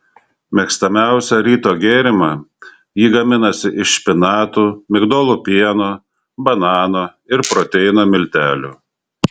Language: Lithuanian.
mėgstamiausią ryto gėrimą ji gaminasi iš špinatų migdolų pieno banano ir proteino miltelių